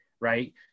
right